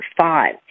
five